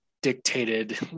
dictated